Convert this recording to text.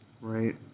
right